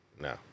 No